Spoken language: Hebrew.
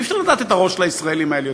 אי-אפשר לדעת את הראש של הישראלים האלה,